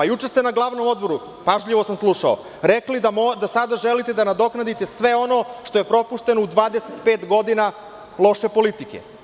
Juče ste na glavnom odboru rekli da sada želite da nadoknadite sve ono što je propušteno u 25 godina loše politike.